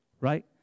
right